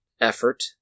effort